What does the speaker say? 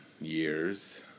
years